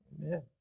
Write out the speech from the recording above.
Amen